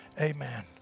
Amen